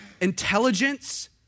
Intelligence